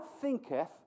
thinketh